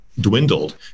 dwindled